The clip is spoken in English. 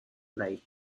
flight